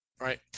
Right